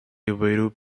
įvairių